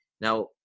Now